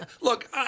Look